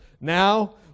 now